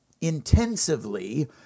intensively